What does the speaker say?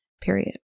Period